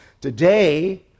Today